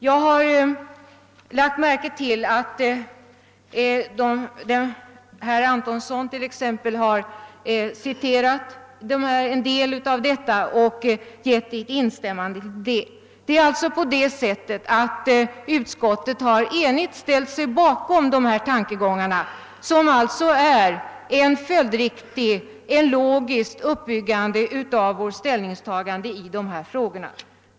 Jag har lagt märke till att t.ex. herr Antonsson citerat en del av dessa uttalanden och instämt i dem. Utskottet har således enhälligt ställt sig bakom dessa tankegångar, som alltså är en 1ogisk följd av vårt ställningstagande i dessa frågor.